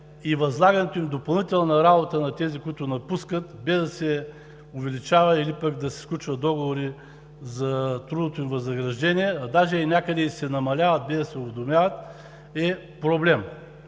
и възлагането на допълнителна работа на тези, които напускат, без да се увеличава, или пък да се сключват договори за трудовото им възнаграждение, а даже някъде се намаляват, без да се уведомяват, е проблем.